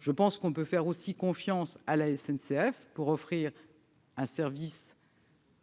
je pense que l'on peut faire confiance à la SNCF pour offrir un service